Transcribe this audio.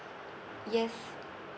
yes